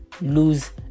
lose